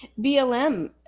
BLM